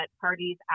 parties